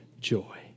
joy